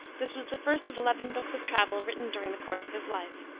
this was the first of eleven books of travel written during the course of his life.